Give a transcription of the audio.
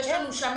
שיש לנו שם